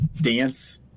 dance